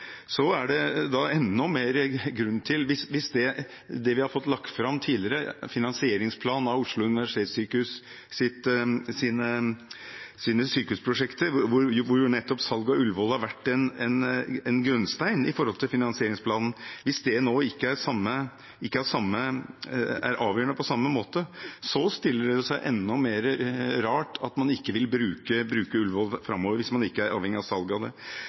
er det enda mindre grunn til det. I finansieringsplanen for Oslo universitetssykehus’ sykehusprosjekter, som vi har fått lagt fram tidligere, er jo nettopp salg av Ullevål en grunnstein når det gjelder finansiering. Hvis det nå ikke er avgjørende på samme måte – hvis man ikke er avhengig av det salget – stiller det seg enda rarere at man ikke vil bruke Ullevål framover.